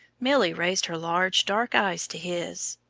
milly raised her large dark eyes to his.